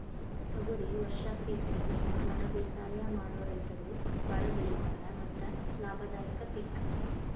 ತೊಗರಿ ವರ್ಷ ಪಿಕ್ ಇದ್ನಾ ವನಬೇಸಾಯ ಮಾಡು ರೈತರು ಬಾಳ ಬೆಳಿತಾರ ಮತ್ತ ಲಾಭದಾಯಕ ಪಿಕ್